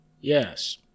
Yes